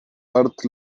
earth